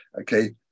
Okay